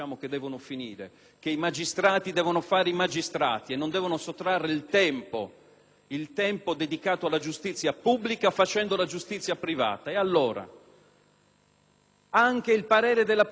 il tempo dedicato alla giustizia pubblica facendo la giustizia privata. Anche il parere della Commissione affari costituzionali, pur se ammantato dalla sapiente prosa